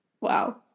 Wow